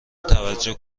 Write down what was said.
توجه